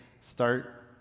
start